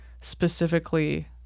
specifically